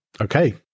Okay